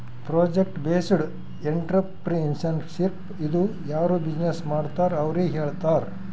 project based entrepreneurship ಇದು ಯಾರು business ಮಾಡ್ತಾರ್ ಅವ್ರಿಗ ಹೇಳ್ತಾರ್